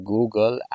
Google